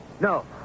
No